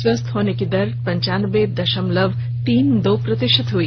स्वस्थ होने की दर पंचानबे दशमलव तीन दो प्रतिशत हुई